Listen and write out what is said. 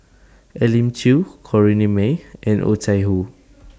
Elim Chew Corrinne May and Oh Chai Hoo